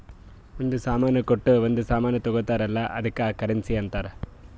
ಒಂದ್ ಸಾಮಾನ್ ಕೊಟ್ಟು ಒಂದ್ ಸಾಮಾನ್ ತಗೊತ್ತಾರ್ ಅಲ್ಲ ಅದ್ದುಕ್ ಕರೆನ್ಸಿ ಅಂತಾರ್